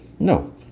No